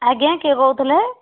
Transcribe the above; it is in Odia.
ଆଜ୍ଞା କିଏ କହୁଥିଲେ